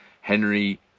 Henry